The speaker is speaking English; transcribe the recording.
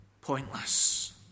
pointless